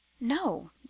No